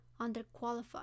underqualified